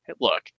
look